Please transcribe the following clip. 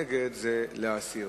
נגד, זה להסיר.